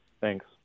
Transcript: Thanks